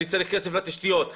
אני צריך כסף לתשתיות,